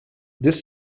this